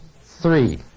three